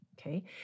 okay